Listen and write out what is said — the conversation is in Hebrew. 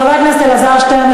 חבר הכנסת אלעזר שטרן,